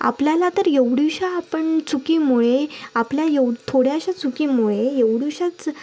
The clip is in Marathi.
आपल्याला तर एवढ्याशा पण चुकीमुळे आपल्या एव थोड्याशा चुकीमुळे एवढ्याशाच